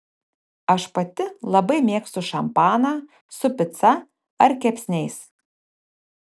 aš pati labai mėgstu šampaną su pica ar kepsniais